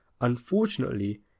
Unfortunately